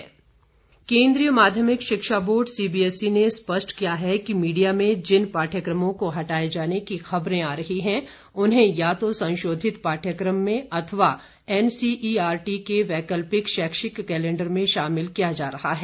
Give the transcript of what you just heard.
CBSE स्पष्टीकरण केंद्रीय माध्यमिक शिक्षा बोर्ड सीबीएसई ने स्पष्ट किया है कि मीडिया में जिन पाठ्यक्रमों को हटाए जाने की खबरें आ रही हैं उन्हें या तो संशोधित पाठ्यक्रम में अथवा एनसीईआरटी के वैकल्पिक शैक्षिक कैलेंडर में शामिल किया जा रहा है